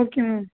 okay ma'am